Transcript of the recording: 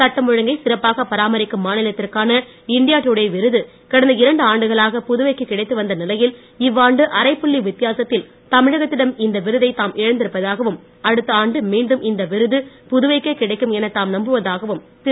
சட்டம் ஒழுங்கை சிறப்பாகப் பராமரிக்கும் மாநிலத்திற்கான இண்டியா கிடைத்துவந்த நிலையில் இவ்வாண்டு அரைப் புள்ளி வித்தியாசத்தில் தமிழகத்திடம் இந்த விருதை நாம் இழந்திருப்பதாகவும் அடுத்த ஆண்டு மீண்டும் இந்த விருது புதுவைக்கே கிடைக்கும் என தாம் நம்புவதாகவும் திரு